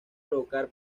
provocar